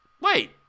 wait